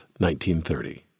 1930